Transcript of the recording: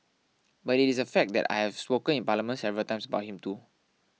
but it is a fact that I have spoken in Parliament several times about him too